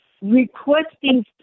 requesting